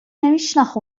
نمیشناخت